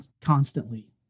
constantly